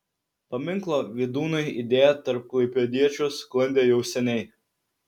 paminklo vydūnui idėja tarp klaipėdiečių sklandė jau seniai